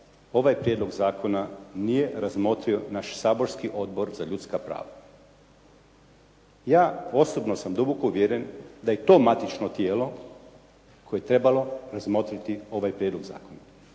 ovaj prijedlog zakona nije razmotrio naš saborski Odbor za ljudska prava. Ja osobno sam duboko uvjeren da je to matično tijelo koje je trebalo razmotriti ovaj prijedlog zakona,